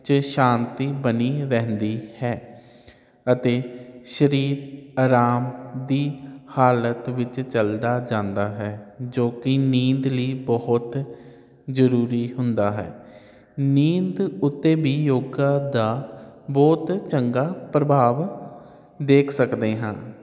'ਚ ਸ਼ਾਂਤੀ ਬਣੀ ਰਹਿੰਦੀ ਹੈ ਅਤੇ ਸਰੀਰ ਆਰਾਮ ਦੀ ਹਾਲਤ ਵਿੱਚ ਚਲਦਾ ਜਾਂਦਾ ਹੈ ਜੋ ਕਿ ਨੀਂਦ ਲਈ ਬਹੁਤ ਜ਼ਰੂਰੀ ਹੁੰਦਾ ਹੈ ਨੀਂਦ ਉੱਤੇ ਵੀ ਯੋਗਾ ਦਾ ਬਹੁਤ ਚੰਗਾ ਪ੍ਰਭਾਵ ਦੇਖ ਸਕਦੇ ਹਾਂ